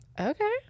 Okay